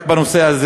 רק בנושא הזה,